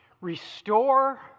Restore